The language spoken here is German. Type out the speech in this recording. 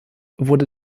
wurde